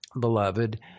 beloved